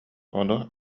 ону